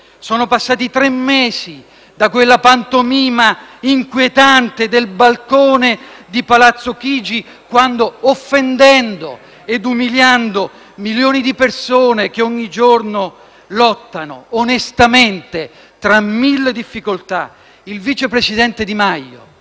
Sono passati tre mesi da quella pantomima inquietante del balcone di Palazzo Chigi, quando, offendendo ed umiliando milioni di persone che ogni giorno lottano onestamente tra mille difficoltà, il vice presidente Di Maio,